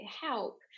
help